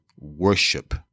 worship